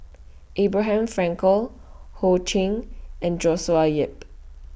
Abraham Frankel Ho Ching and Joshua Ip